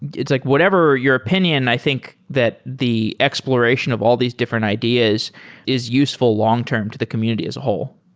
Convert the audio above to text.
it's like whatever your opinion i think that the exploration of all these different ideas is useful long-term to the community as a whole.